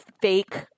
fake